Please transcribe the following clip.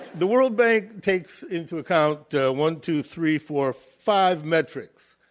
the world bank takes into account one, two, three, four, five metrics.